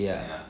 ya